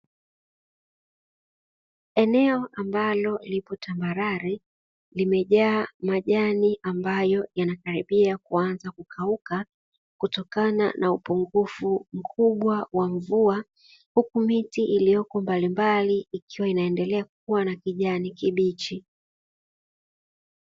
Eneo ambalo lipo tambarare limejaa majani ambayo yanakaribia kuanza kukauka kutokana na upungufu mkubwa wa mvua, huku miti iliyopo mbalimbali ikiwa ikiendelea kukuwa na kijani kibichi.